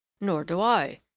nor do i,